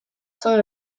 son